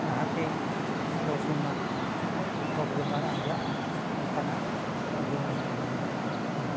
ᱡᱟᱦᱟᱸᱛᱮ ᱨᱳᱜᱽᱼᱵᱤᱢᱟᱨ ᱨᱳᱜᱽᱼᱵᱤᱢᱟᱨ ᱟᱨᱡᱟᱜᱼᱟ ᱚᱱᱠᱟᱱᱟᱜ ᱡᱚᱢᱼᱧᱩ ᱢᱟ ᱵᱟᱝ ᱫᱚᱨᱠᱟᱨᱚᱜ ᱠᱟᱱᱟ